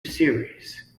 series